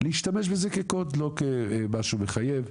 להשתמש בזה כקוד, לא כמשהו מחייב.